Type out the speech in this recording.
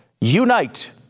Unite